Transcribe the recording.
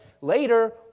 Later